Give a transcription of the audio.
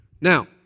Now